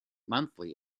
monthly